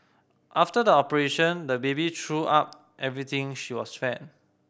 after the operation the baby threw up everything she was fed